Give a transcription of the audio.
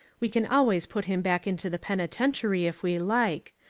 we can always put him back into the penitentiary if we like.